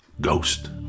Ghost